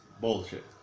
Bullshit